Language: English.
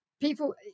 People